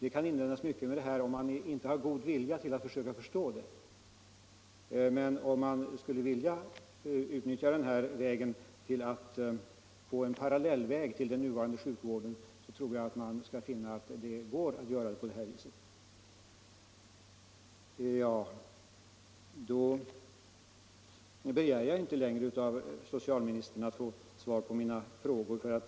Det kan invändas mycket mot detta, om man inte har den goda viljan att försöka förstå det. Men om man verkligen skulle vilja utnyttja detta för att få en parallellväg till den nuvarande sjukvården tror jag man skulle finna att det går att göra på det här viset. Jag begär inte längre av socialministern att få svar på mina frågor.